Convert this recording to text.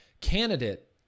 candidate